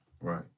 Right